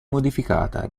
modificata